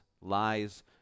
lies